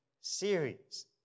series